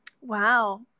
Wow